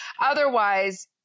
Otherwise